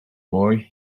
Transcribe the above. boy